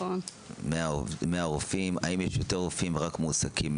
1. האם יש יותר רופאים ורק 100 מועסקים?